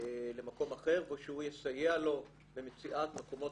למקום אחר ושהוא יסייע לו במציאות מקומות